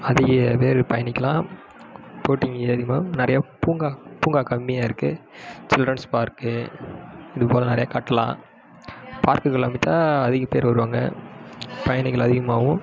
அதிகப்பேர் பயணிக்கலாம் போட்டிங் நிறைய பூங்கா பூங்கா கம்மியாக இருக்குது சில்ட்ரன்ஸ் பார்க்கு இதுப்போல நிறையா கட்டலாம் பார்க்குகள் அமைத்தால் அதிகப்பேர் வருவாங்க பயணிகள் அதிகமாகும்